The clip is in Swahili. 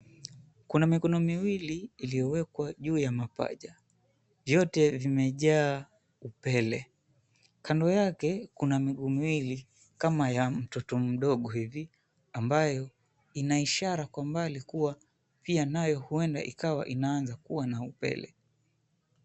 Kuna mikono miwili iliyowekwa juu ya mapaja vyote vimejaa pele. Kando yake kuna miguu miwili kama ya mtoto mdogo hivi ambaye inaishara kwa mbali kuwa pia nayo huenda ikawa inaanza kuwa na upele.